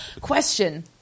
question